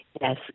Yes